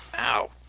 Ow